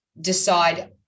decide